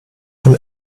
von